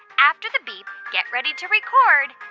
after the beep, get ready to record